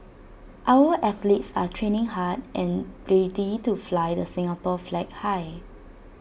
our athletes are training hard and ready to fly the Singapore flag high